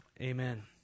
amen